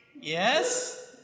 Yes